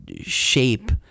shape